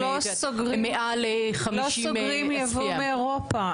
מעל 50- -- אנחנו לא סוגרים ייבוא מאירופה.